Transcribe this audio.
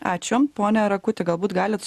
ačiū pone rakuti galbūt galit